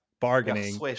bargaining